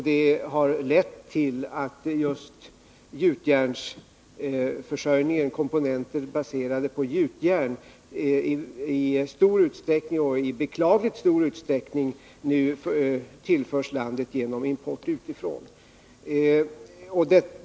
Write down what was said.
Det har lett till att just komponenter baserade på gjutjärn i beklagligt stor utsträckning nu tillförs landet genom import utifrån.